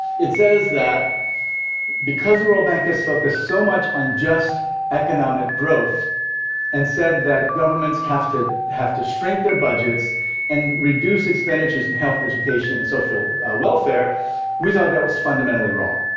it says that because the world bank has focused so much on just economic growth and said that governments have to have to shrink their budgets and reduce expenditures in health, education and social welfare we thought that was fundamentally wrong.